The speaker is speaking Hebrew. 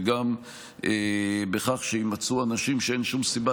וגם בכך שיימצאו אנשים שאין שום סיבה